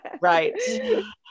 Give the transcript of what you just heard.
Right